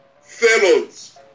fellows